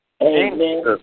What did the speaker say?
Amen